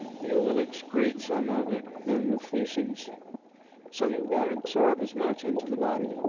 you will excrete some of it in the feces so you won't absorb as much into the body.